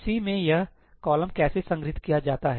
सी में यह कॉलम कैसे संग्रहीत किया जाता है